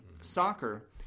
soccer